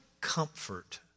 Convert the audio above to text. comfort